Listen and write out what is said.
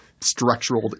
structural